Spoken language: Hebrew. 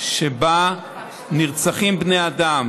שבה נרצחים בני אדם,